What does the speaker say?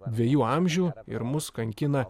dviejų amžių ir mus kankina